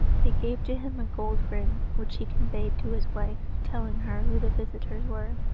they gave to him a gold ring, which he conveyed to his wife, telling her who the visitors were.